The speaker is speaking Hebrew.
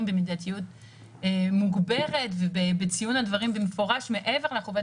במידתיות מוגברת ובציון הדברים במפורש מעבר לחובת